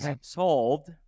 solved